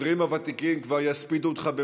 החברים הוותיקים כבר "יספידו" אותך,